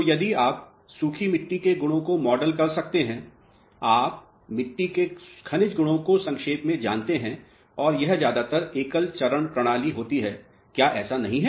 तो यदि आप सूखी मिट्टी के गुणों को मॉडल कर सकते हैं आप मिट्टी के खनिज गुणों को संक्षेप में जानते हैं और यह ज्यादातर एकल चरण प्रणाली होती है क्या ऐसा नहीं है